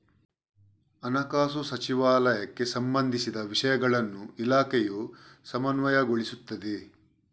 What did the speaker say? ಹಣಕಾಸು ಸಚಿವಾಲಯಕ್ಕೆ ಸಂಬಂಧಿಸಿದ ವಿಷಯಗಳನ್ನು ಇಲಾಖೆಯು ಸಮನ್ವಯಗೊಳಿಸುತ್ತಿದೆ